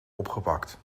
opgepakt